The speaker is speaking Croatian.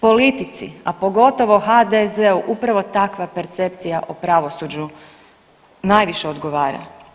Politici, a pogotovo HDZ-u, upravo takva percepcija o pravosuđu najviše odgovara.